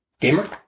Gamer